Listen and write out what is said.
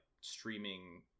streaming